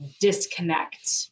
disconnect